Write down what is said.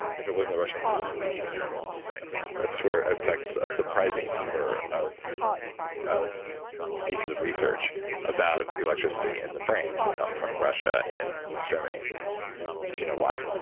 if it wasn't the russians, it was the east germans right that's where, in fact, a surprising number of of pieces of research about electricity in the brain have come from, russia and east germany mm-hmm do you know why?